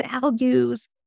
values